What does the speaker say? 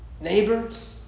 neighbors